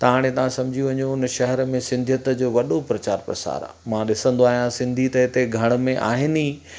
त हाणे तव्हां सम्झी वञो उन शहर में सिंधियत जो वॾो प्रचार प्रसार आहे मां ॾिसंदो आहियां सिंधी त हिते घण में आहिनि ई